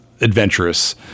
adventurous